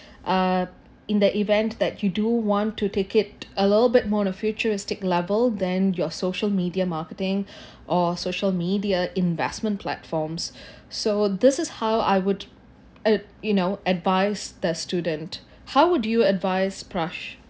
ah in the event that you do want to take it a little bit more on futuristic level then your social media marketing or social media investment platforms so this is how I would uh you know advice the student how would you advise prash